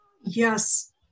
Yes